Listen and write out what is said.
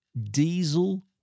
diesel